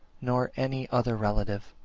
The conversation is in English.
nor any other relative